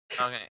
Okay